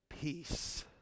peace